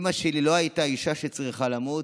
אימא שלי לא הייתה אישה שצריכה למות.